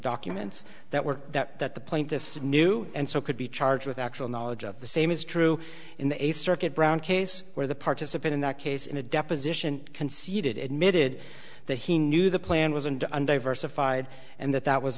documents that were that that the plaintiffs knew and so could be charged with actual knowledge of the same is true in the eighth circuit brown case where the participate in that case in a deposition conceded admitted that he knew the plan was and undiversified and that that was